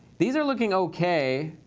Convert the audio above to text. these are looking ok.